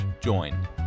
join